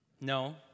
No